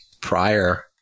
prior